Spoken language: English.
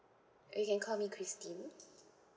you can call me christine